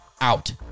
out